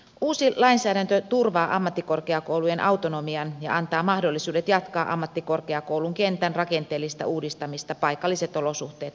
uusi lainsäädäntö turvaa ammattikorkeakoulujen autonomian ja antaa mahdollisuudet jatkaa ammattikorkeakoulun kentän rakenteellista uudistamista paikalliset olosuhteet huomioiden